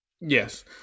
Yes